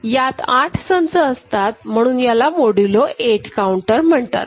यात आठ संच असतात म्हणून याला मोदूलो 8 काऊंटर म्हणतात